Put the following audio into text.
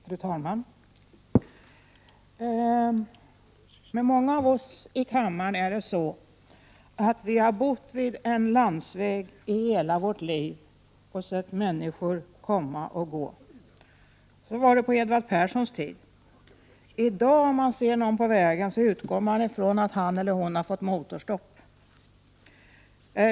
Fru talman! Med många av oss i kammaren är det så att vi har bott vid en landsväg i hela vårt liv och sett människor komma och gå. Så var det på Edvard Perssons tid. Om man i dag ser någon på vägen, utgår man från att han eller hon har fått motorstopp.